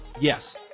Yes